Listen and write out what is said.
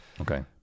Okay